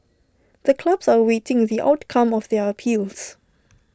the clubs are awaiting the outcome of their appeals